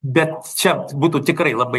bet čia būtų tikrai labai